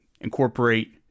incorporate